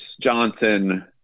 Johnson